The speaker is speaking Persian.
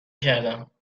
کردم